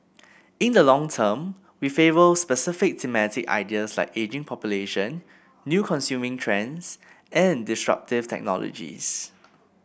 in the long term we favour specific thematic ideas like ageing population new consuming trends and disruptive technologies